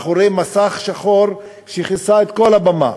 מאחורי מסך שחור שכיסה את כל הבמה.